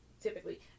typically